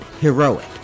heroic